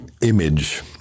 image